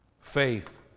faith